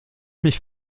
mich